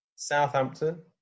Southampton